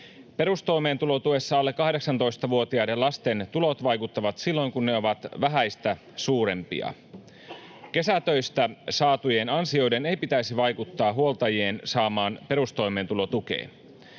Perustoimeentulotuessa alle 18-vuotiaiden lasten tulot vaikuttavat silloin, kun ne ovat vähäistä suurempia. Kesätöistä saatujen ansioiden ei pitäisi vaikuttaa huoltajien saamaan perustoimeentulotukeen.